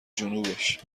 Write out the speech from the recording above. جنوبش